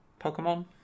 Pokemon